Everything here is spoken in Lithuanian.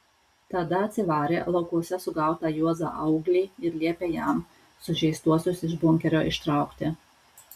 tada atsivarė laukuose sugautą juozą auglį ir liepė jam sužeistuosius iš bunkerio ištraukti